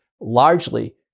largely